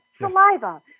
saliva